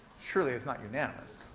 surely it's not unanimous.